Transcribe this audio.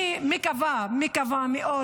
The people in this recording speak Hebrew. אני מקווה מאוד מקווה,